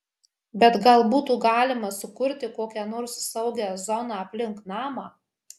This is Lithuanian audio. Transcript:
bet gal būtų galima sukurti kokią nors saugią zoną aplink namą